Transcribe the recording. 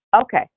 Okay